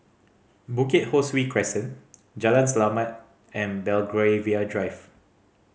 Hukit Ho Swee Crescent Jalan Selamat and Belgravia Drive